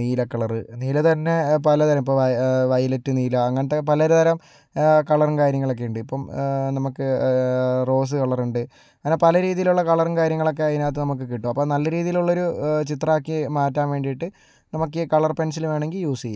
നീല കളർ നീല തന്നെ പല തരം ഇപ്പോൾ വയലറ്റ് നീല അങ്ങനത്തെ പല തരം നീല കളറും കാര്യങ്ങളൊക്കെ ഉണ്ട് ഇപ്പോൾ നമുക്ക് റോസ് കളറുണ്ട് അങ്ങനെ പല രീതിയിലുള്ള കളറും കാര്യങ്ങളൊക്കെ അതിനകത്തു നമുക്ക് കിട്ടും അപ്പോൾ നല്ല രീതിയിൽ ഉള്ള ഒരു ചിത്രമാക്കി മാറ്റാൻ വേണ്ടിട്ട് നമുക്ക് കളർ പെൻസിൽ വേണം എങ്കിൽ യൂസ് ചെയ്യാം